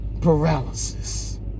paralysis